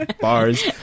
Bars